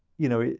you know,